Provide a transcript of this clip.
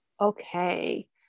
okay